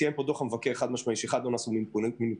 ציין דוח המבקר שלא נעשו מניפולציות,